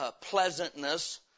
pleasantness